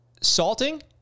salting